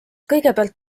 kõigepealt